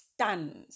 stands